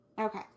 Okay